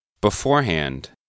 beforehand